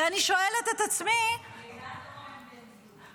ואני שואלת את עצמי --- לבד או עם בן זוגה?